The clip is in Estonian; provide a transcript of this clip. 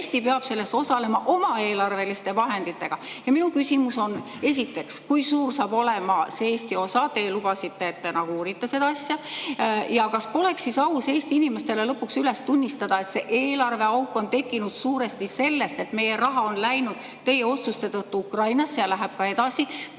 Eesti peab selles osalema oma eelarveliste vahenditega. Minu küsimus on: esiteks, kui suur saab olema see Eesti osa? Te ju lubasite, et te uurite seda asja. Ja kas poleks aus Eesti inimestele lõpuks üles tunnistada, et see eelarveauk on tekkinud suuresti sellest, et meie raha on läinud teie otsustatult Ukrainasse ja läheb ka edasi?